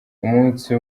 umunsi